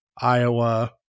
Iowa